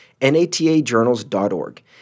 natajournals.org